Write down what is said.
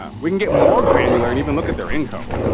ah we can get more granular and even look at their income.